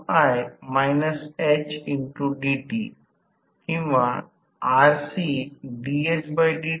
कृपया या गृहेतने वर परत जा आणि r थेवेनिन 0 x थेव्हनिन 0 आणि 32 समीकरणात I2 V रूट मिळेल